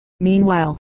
Meanwhile